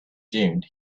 dune